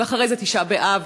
ואחרי זה ט' באב,